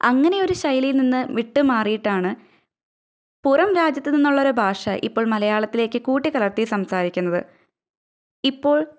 അങ്ങനെയൊരു ശൈലിയിൽ നിന്ന് വിട്ട് മാറിയിട്ടാണ് പുറം രാജ്യത്ത് നിന്നുള്ള ഒരു ഭാഷ ഇപ്പൊൾ മലയാളത്തിലേക്ക് കൂട്ടിക്കലർത്തി സംസാരിക്കുന്നത് ഇപ്പോൾ